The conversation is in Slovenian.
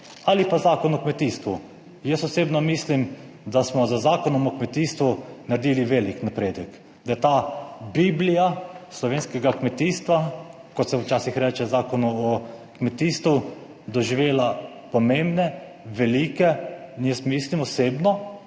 ali pa Zakon o kmetijstvu. Jaz osebno mislim, da smo z Zakonom o kmetijstvu naredili velik napredek, da je ta biblija slovenskega kmetijstva, kot se včasih reče Zakonu o kmetijstvu doživela pomembne, velike in jaz mislim osebno